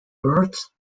births